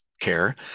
care